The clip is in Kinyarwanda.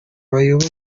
raila